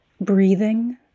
breathing